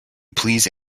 please